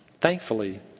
thankfully